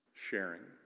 sharing